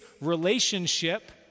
relationship